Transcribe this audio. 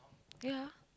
ya